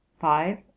five